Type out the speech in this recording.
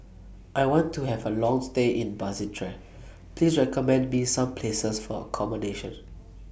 I want to Have A Long stay in Basseterre Please recommend Me Some Places For accommodation